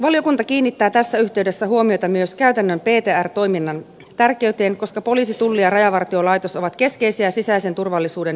valiokunta kiinnittää tässä yhteydessä huomiota myös käytännön ptr toiminnan tärkeyteen koska poliisi tulli ja rajavartiolaitos ovat keskeisiä sisäisen turvallisuuden viranomaisia